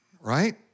right